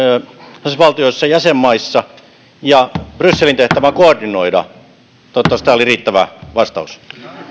kansallisvaltioissa jäsenmaissa ja brysselin tehtävä on koordinoida toivottavasti tämä oli riittävä vastaus